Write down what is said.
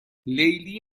لیلی